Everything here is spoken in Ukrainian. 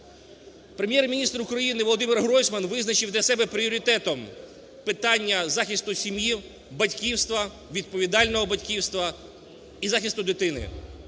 Прем'єр-міністр України ВолодимирГройсман визначив для себе пріоритетом питання захисту сім'ї, батьківства, відповідального батьківства і захисту дитини.